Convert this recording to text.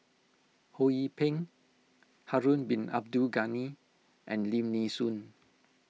Ho Yee Ping Harun Bin Abdul Ghani and Lim Nee Soon